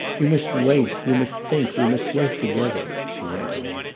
you must wait, you must think we must wait together, she went on.